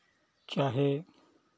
चाहे